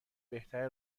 بهتره